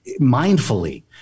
mindfully